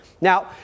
Now